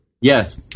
Yes